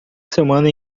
semana